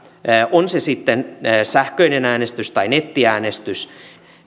on se sitten sähköinen äänestys tai nettiäänestys